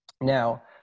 Now